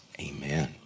amen